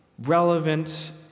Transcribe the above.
relevant